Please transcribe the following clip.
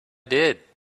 did